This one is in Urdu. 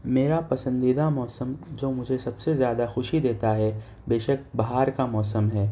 میرا پسندیدہ موسم جو مجھے سب سے زیادہ خوشی دیتا ہے بےشک بہار کا موسم ہے